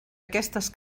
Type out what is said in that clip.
aquestes